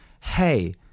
hey